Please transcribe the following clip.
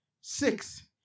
Six